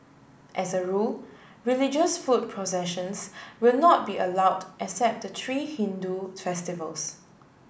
as a rule religious foot processions will not be allowed except the three Hindu festivals